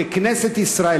ככנסת ישראל.